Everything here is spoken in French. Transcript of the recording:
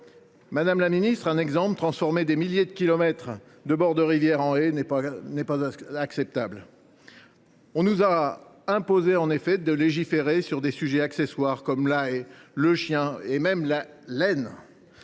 madame la ministre : transformer des milliers de kilomètres de bords de rivière en haies, ce n’est pas acceptable. On nous a imposé de légiférer sur des sujets accessoires comme la haie, le chien et même la laine.